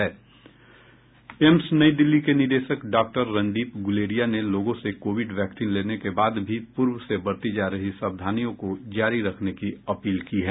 AIIMS New Delhi के निदेशक doctor Randeep Guleria ने लोगों से कोविड वैक्सीन लेने के बाद भी पूर्व से बरती जा रही सावधानियों को जारी रखने की अपील की है